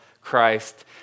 Christ